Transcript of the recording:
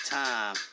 time